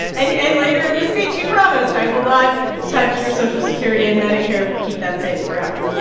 and and later in the speech, he promised, i will not touch your social security and medicare. we'll keep that safe forever.